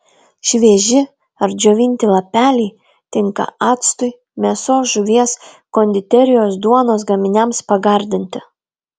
švieži ar džiovinti lapeliai tinka actui mėsos žuvies konditerijos duonos gaminiams pagardinti